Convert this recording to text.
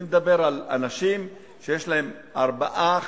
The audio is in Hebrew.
אני מדבר על אנשים שיש להם ארבעה,